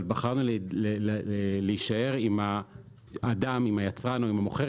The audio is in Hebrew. אבל בחרנו להישאר עם האדם היצרן או המוכר